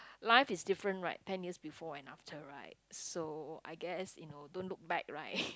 life is different right ten years before and after right so I guess you know don't look back right